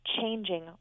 changing